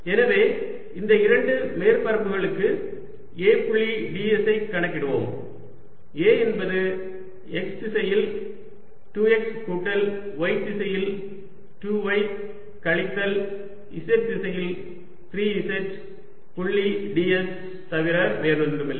எனவே இந்த இரண்டு மேற்பரப்புகளுக்கு A புள்ளி ds ஐ கணக்கிடுவோம் A என்பது x திசையில் 2 x கூட்டல் y திசையில் 2 y கழித்தல் z திசையில் 3 z புள்ளி ds தவிர வேறொன்றுமில்லை